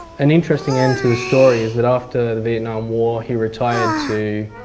an interesting end to the story is that after the vietnam war he retired to